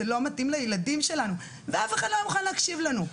זה לא מתאים לילדים שלנו" ואף אחד לא היה מוכן להקשיב לנו.